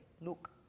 Look